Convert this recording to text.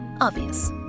Obvious